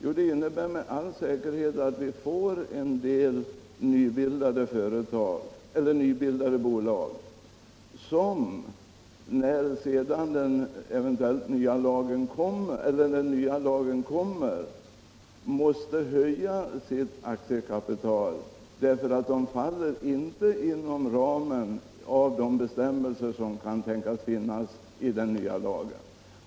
får man med all säkerhet en del nybildade bolag som, när sedan den nya lagen kommer, måste höja sitt aktiekapital därför att det inte faller inom ramen för de bestämmelser som kan finnas i den nya lagen.